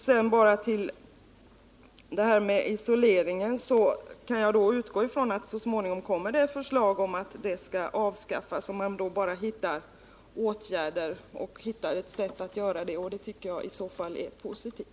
Sedan detta om isolering: Jag kan tydligen utgå från att man så småningom kommer att lägga fram förslag om ett avskaffande, om man bara hittar ett sätt att göra det på. Det tycker jag i så fall är positivt.